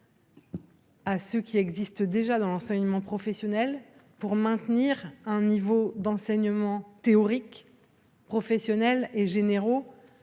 à ce qui existe déjà dans l'enseignement professionnel pour maintenir un niveau d'enseignement théorique professionnel et généraux